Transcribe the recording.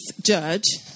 judge